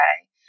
okay